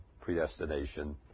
predestination